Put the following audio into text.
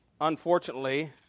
unfortunately